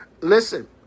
Listen